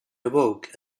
awoke